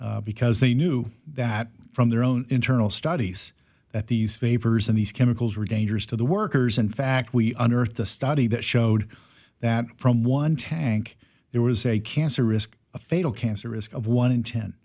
it because they i knew that from their own internal studies that these vapors and these chemicals were dangerous to the workers in fact we underwrote the study that showed that from one tank there was a cancer risk a fatal cancer risk of one in ten